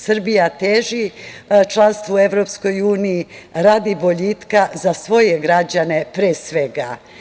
Srbija teži članstvu u EU radi boljitka za svoje građane, pre svega.